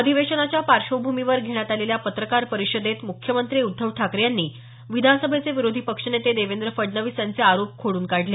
अधिवेशनाच्या पार्श्वभ्रमीवर घेण्यात आलेल्या पत्रकार परिषदेत मुख्यमंत्री उद्धव ठाकरे यांनी विधानसभेचे विरोधी पक्षनेते देवेंद्र फडणवीस यांचे आरोप खोडून काढले